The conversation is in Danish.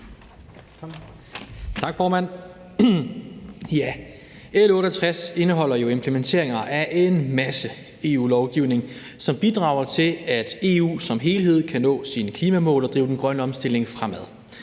Tak, formand. L 68 indeholder jo implementeringer af en masse EU-lovgivning, som bidrager til, at EU som helhed kan nå sine klimamål og drive den grønne omstilling fremad.